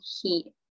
heat